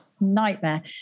Nightmare